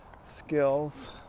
skills